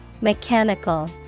Mechanical